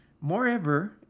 moreover